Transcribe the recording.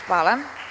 Hvala.